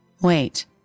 Wait